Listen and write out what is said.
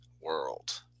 world